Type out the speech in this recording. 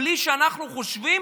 בלי שאנחנו חושבים